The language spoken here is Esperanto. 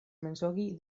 mensogi